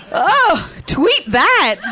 oh, tweet that,